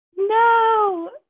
no